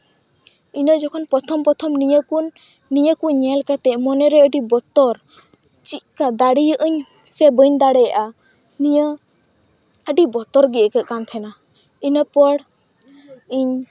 ᱤᱱᱟᱹ ᱡᱚᱠᱷᱚᱱ ᱯᱨᱚᱛᱷᱚᱢ ᱯᱨᱚᱛᱷᱚᱢ ᱱᱤᱭᱟᱹ ᱠᱚ ᱱᱤᱭᱟᱹ ᱠᱚ ᱧᱮᱞ ᱠᱟᱛᱮ ᱢᱚᱱᱮᱨᱮ ᱟᱹᱰᱤ ᱵᱚᱛᱚᱨ ᱪᱮᱫᱞᱮᱠᱟ ᱫᱟᱲᱮᱭᱟᱜᱼᱟᱹᱧ ᱥᱮ ᱵᱟᱹᱧ ᱫᱟᱲᱮᱭᱟᱜᱼᱟ ᱱᱤᱭᱟᱹ ᱟᱹᱰᱤ ᱵᱚᱛᱚᱨ ᱜᱮ ᱟᱹᱭᱠᱟᱹᱜ ᱠᱟᱱ ᱛᱟᱦᱮᱸᱱᱟ ᱤᱱᱟᱹᱯᱚᱨ ᱤᱧ